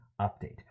update